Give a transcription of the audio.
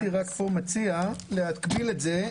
הייתי מציע כאן להקביל את זה,